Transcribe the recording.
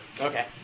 Okay